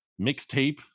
mixtape